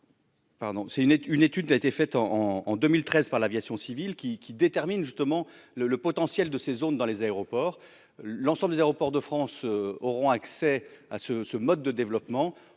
une une étude qui a été fait en en 2013 par l'aviation civile qui qui détermine justement le le potentiel de ces zones dans les aéroports, l'ensemble des aéroports de France auront accès à ce ce mode de développement,